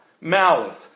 malice